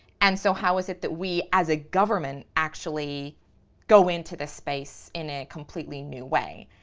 and so how was it that we as a government actually go into this space in a completely new way?